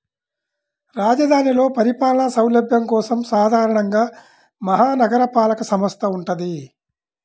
రాజధానిలో పరిపాలనా సౌలభ్యం కోసం సాధారణంగా మహా నగరపాలక సంస్థ వుంటది